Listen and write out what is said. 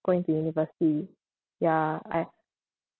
going to university ya I